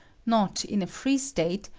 not in a free state,